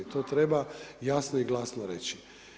To treba jasno i glasno reći.